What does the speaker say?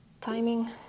Timing